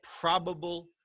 probable